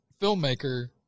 filmmaker